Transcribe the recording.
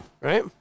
Right